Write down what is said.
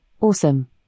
Awesome